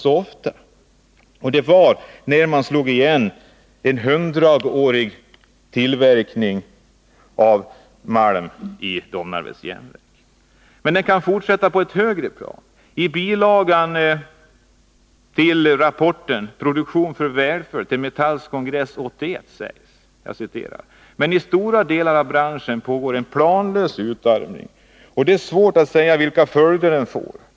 Stencilen sattes alltså upp när en hundraårig tillverkning av malm i Domnarvets jernverk upphörde. Men illustrationer kan ges från ett högre plan. I bilagan till rapporten Produktion för välfärd till Metalls kongress 1981 sägs: Men i stora delar av branschen pågår en planlös utarmning. Och det är svårt att se vilka följder den får.